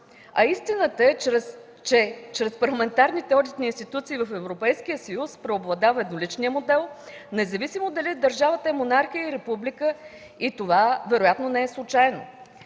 А истината е, че чрез парламентарните одитни институции в Европейския съюз преобладава едноличният модел, независимо дали държавата е монархия или република. Това вероятно не е случайно.